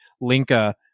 Linka